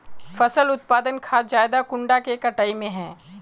फसल उत्पादन खाद ज्यादा कुंडा के कटाई में है?